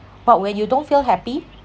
but when you don't feel happy